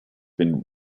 been